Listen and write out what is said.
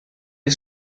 est